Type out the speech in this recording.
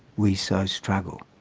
we so struggle.